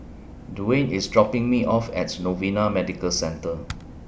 Dwane IS dropping Me off At Novena Medical Centre